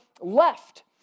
left